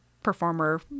Performer